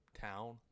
town